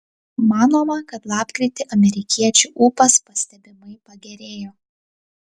manoma kad lapkritį amerikiečių ūpas pastebimai pagerėjo